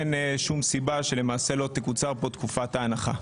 אין סיבה שלא תקוצר פה תקופת ההנחה.